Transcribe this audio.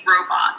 robot